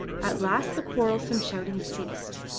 at last the quarrelsome shouting ceased,